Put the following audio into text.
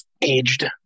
aged